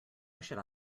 should